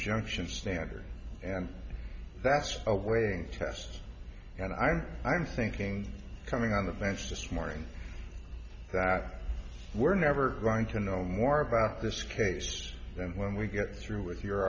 injunction standard and that's awaiting us and i'm i'm thinking coming on the fence this morning that we're never going to know more about this case and when we get through with your